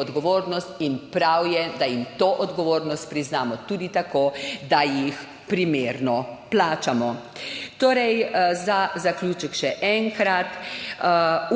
odgovornost in prav je, da jim to odgovornost priznamo tudi tako, da jih primerno plačamo. Za zaključek še enkrat.